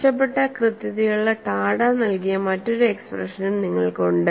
മെച്ചപ്പെട്ട കൃത്യതയുള്ള ടാഡ നൽകിയ മറ്റൊരു എക്സ്പ്രഷനും നിങ്ങൾക്ക് ഉണ്ട്